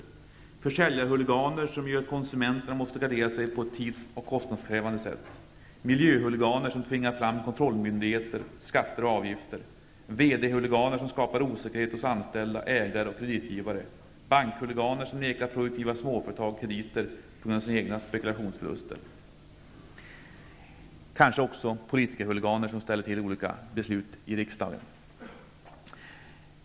Vidare handlar det om försäljarhuliganer som gör att konsumenterna måste gardera sig på ett tids och kostnadskrävande sätt, miljöhuliganer som tvingar fram kontrollmyndigheter, skatter och avgifter, VD-huliganer som skapar osäkerhet hos anställda, ägare och kreditgivare samt bankhuliganer som nekar produktiva småföretag krediter på grund av sina egna spekulationsförluster. Kanske handlar det också om politikerhuliganer som ställer till det genom olika beslut i riksdagen.